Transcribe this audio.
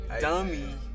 Dummy